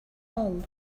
all